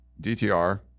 DTR